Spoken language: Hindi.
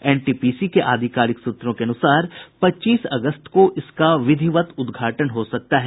एनटीपीसी के आधिकारिक सूत्रों के अनुसार पच्चीस अगस्त को इसका विधिवत उद्घाटन हो सकता है